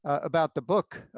about the book,